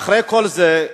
ואחרי כל זה,